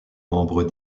membres